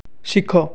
ଶିଖ